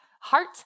Heart